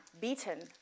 beaten